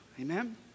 Amen